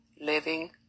living